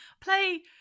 Play